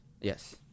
Yes